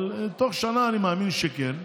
אבל בתוך שנה אני מאמין שכן.